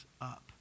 up